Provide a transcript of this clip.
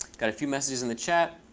got a few messages in the chat